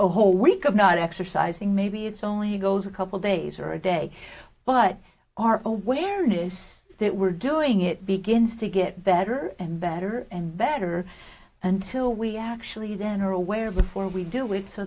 a whole week of not exercising maybe it's only goes a couple days or a day but our awareness that we're doing it begins to get better and better and better until we actually then are aware before we do it so